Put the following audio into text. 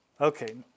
Okay